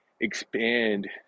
expand